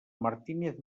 martínez